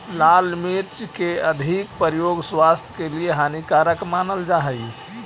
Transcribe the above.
लाल मिर्च के अधिक प्रयोग स्वास्थ्य के लिए हानिकारक मानल जा हइ